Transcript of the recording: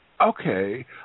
Okay